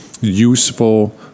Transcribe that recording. useful